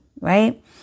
right